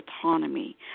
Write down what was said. autonomy